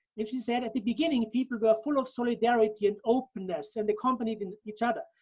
and she said at the beginning, people, they're full of solidarity and openness and accompanied and each other.